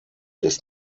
ist